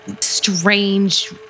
Strange